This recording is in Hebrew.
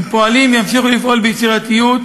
הם פועלים וימשיכו לפעול ביצירתיות,